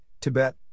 Tibet